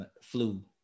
flu